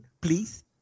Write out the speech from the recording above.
Please